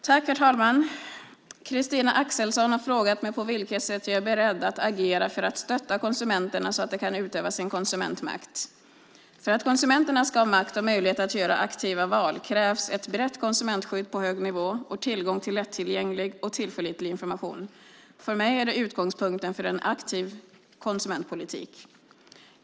Herr talman! Christina Axelsson har frågat mig på vilket sätt jag är beredd att agera för att stötta konsumenterna så att de kan utöva sin konsumentmakt. För att konsumenterna ska ha makt och möjlighet att göra aktiva val krävs ett brett konsumentskydd på hög nivå och tillgång till lättillgänglig och tillförlitlig information. Det är för mig utgångspunkten för en aktiv konsumentpolitik.